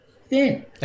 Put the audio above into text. thin